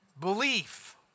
belief